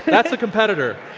that's a competitor.